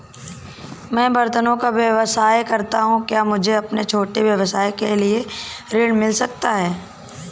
मैं बर्तनों का व्यवसाय करता हूँ क्या मुझे अपने छोटे व्यवसाय के लिए ऋण मिल सकता है?